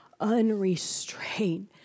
unrestrained